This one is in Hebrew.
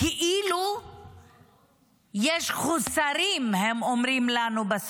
כאילו יש חוסרים בשכר, הם אומרים לנו.